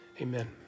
amen